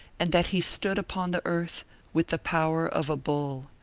and that he stood upon the earth with the power of a bull.